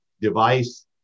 device